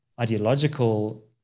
ideological